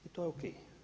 I to je ok.